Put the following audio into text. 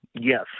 Yes